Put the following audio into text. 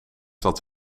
dat